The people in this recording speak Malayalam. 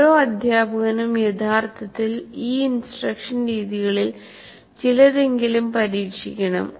ഓരോ അദ്ധ്യാപകനും യഥാർത്ഥത്തിൽ ഈ ഇൻസ്ട്രക്ഷൻ രീതികളിൽ ചിലതെങ്കിലും പരീക്ഷിക്കണം